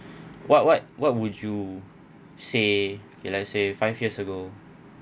what what what would you say okay let's say five years ago